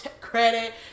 credit